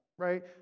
right